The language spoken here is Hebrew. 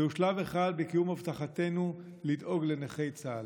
זהו שלב אחד בקיום הבטחתנו לדאוג לנכי צה"ל.